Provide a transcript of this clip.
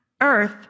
earth